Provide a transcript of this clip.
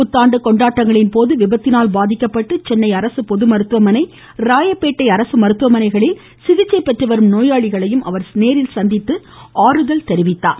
புத்தாண்டு கொண்டாட்டங்களின்போது விபத்தினால் பாதிக்கப்பட்டு சென்னை அரசு பொது மருத்துவமனை ராயப்பேட்டை அரசு மருத்துவமனைகளில் சிகிச்சை பெற்றுவரும் நோயாளிகளையும் அவர் நேரில் சந்தித்து ஆறுதல் கூறினார்